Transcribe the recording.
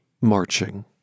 marching